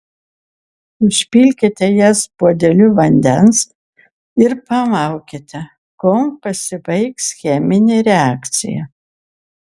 užpilkite jas puodeliu vandens ir palaukite kol pasibaigs cheminė reakcija